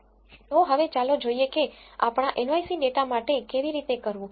તો હવે ચાલો જોઈએ કે તે આપણા nyc ડેટા માટે કેવી રીતે કરવું